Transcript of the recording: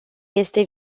este